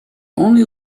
only